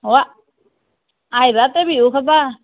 অঁ আহিবা তুমি বিহু খাবা